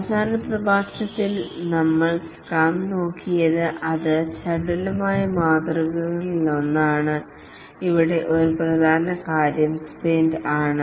അവസാന പ്രഭാഷണത്തിൽ നമ്മൾ സ്ക്രം നോക്കിയത് അത് അജിലേ മാതൃകകളിലൊന്നാണ് ഇവിടെ ഒരു പ്രധാന കാര്യം സ്പ്രിന്റ് ആണ്